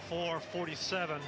for forty seven